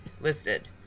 listed